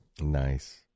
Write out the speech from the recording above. Nice